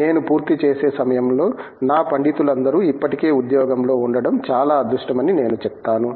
నేను పూర్తి చేసే సమయంలో నా పండితులందరూ ఇప్పటికే ఉద్యోగంలో ఉండడం చాలా అదృష్టమని నేను చెప్తాను